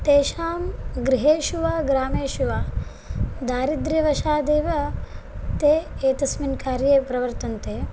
तेषां गृहेषु वा ग्रामेषु वा दारिद्र्यवशादेव ते एतस्मिन् कार्ये प्रवर्तन्ते